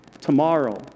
tomorrow